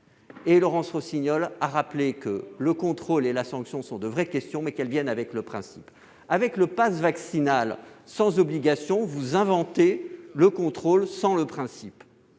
Laurence Rossignol a rappelé que le contrôle et la sanction sont de véritables questions, mais que celles-ci sont directement liées au principe. Avec le passe vaccinal sans obligation, vous inventez le contrôle sans le principe,